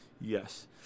Yes